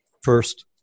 first